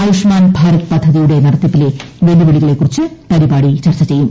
ആയുഷാമാൻ ഭാരത് പദ്ധതിയുടെ നടത്തിപ്പിലെ വെല്ലുവിളികളെക്കുറിച്ച് പരിപാടി ചർച്ച ചെയ്യും